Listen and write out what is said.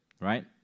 right